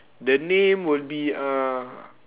the name would be uh